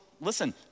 listen